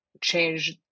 change